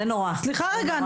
סליחה רגע,